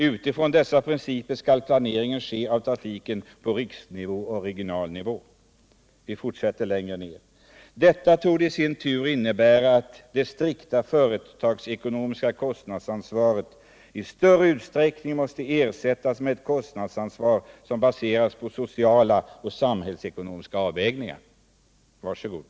Utifrån dessa principer skall planeringen ske av trafiken på riksnivå och regional nivå.” Vi fortsätter längre ned på s. 12: ”Detta torde i sin tur innebära att det strikta företagsekonomiska kostnadsansvaret i större utsträckning måste ersättas med ett kostnadsansvar som baseras på sociala och samhällsekonomiska avvägningar.” Var så god!